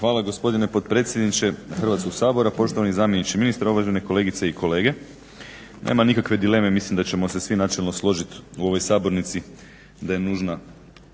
Hvala gospodine potpredsjedniče Hrvatskog sabora. Poštovani zamjeniče ministra, uvažene kolegice i kolege. Nema nikakve dileme mislim da ćemo se svi načelno složiti u ovoj sabornici da je nužna